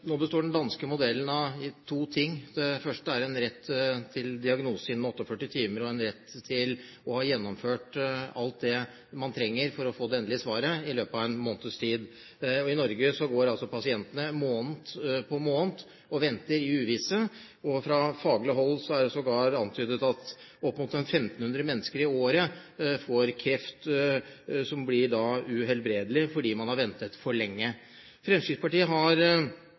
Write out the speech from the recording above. Nå består den danske modellen av to ting. Det første er en rett til diagnose innen 48 timer og en rett til å ha gjennomført alt det man trenger for å få det endelige svaret, i løpet av en måneds tid. I Norge går pasientene måned på måned og venter i det uvisse. Fra faglig hold er det sågar antydet at opp mot 1500 mennesker i året får kreft som blir uhelbredelig fordi man har ventet for lenge. Fremskrittspartiet har